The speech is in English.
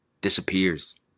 disappears